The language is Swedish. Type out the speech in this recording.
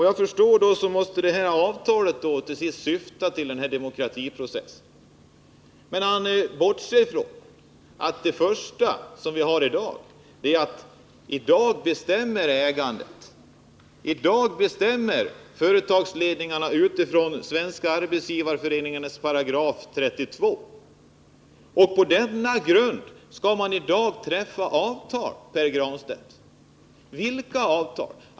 Vad jag förstår, så måste det här avtalet syfta till att åstadkomma den demokratiprocessen. Men Pär Granstedt bortser ifrån att det i dag är ägandet som bestämmer. I dag bestämmer företagsledningarna med stöd av § 32 i Svenska arbetsgivareföreningens stadgar. På denna grund skall man alltså i dag träffa avtal, Pär Granstedt. Vilka avtal?